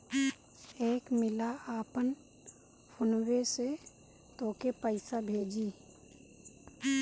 एक मिला आपन फोन्वे से तोके पइसा भेजी